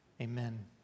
Amen